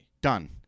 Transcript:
Done